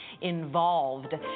involved